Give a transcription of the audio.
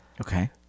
Okay